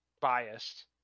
biased